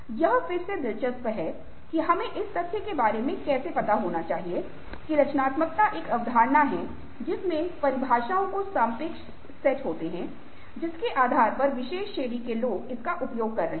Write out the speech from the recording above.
यह फिर से दिलचस्प है कि हमें इस तथ्य के बारे में कैसे पता होना चाहिए कि रचनात्मकता एक अवधारणा है जिसमें परिभाषाओं के सापेक्ष सेट होते हैं जिसके आधार पर विशेष श्रेणी के लोग इसका उपयोग कर रहे हैं